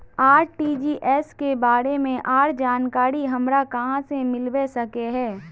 RTGS के बारे में आर जानकारी हमरा कहाँ से मिलबे सके है?